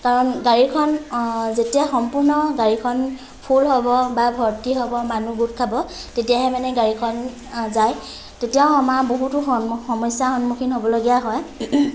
কাৰণ গাড়ীখন যেতিয়া সম্পূৰ্ণ গাড়ীখন ফুল হ'ব বা ভৰ্তি হ'ব মানুহবোৰ গোট খাব তেতিয়াহে মানে গাড়ীখন যায় তেতিয়াও আমাৰ বহুতো সন্মু সমস্যা সন্মুখীন হ'বলগীয়া হয়